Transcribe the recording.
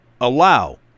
allow